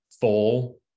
full